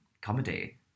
comedy